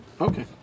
Okay